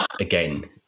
Again